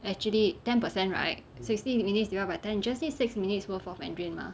actually ten per cent right sixty minutes divide by ten just need six minutes worth of mandarin mah